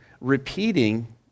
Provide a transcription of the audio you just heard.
repeating